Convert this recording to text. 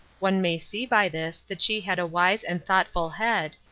one may see by this that she had a wise and thoughtful head,